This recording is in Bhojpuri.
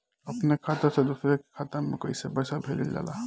अपने खाता से दूसरे के खाता में कईसे पैसा भेजल जाला?